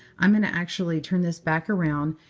i'm going to actually turn this back around,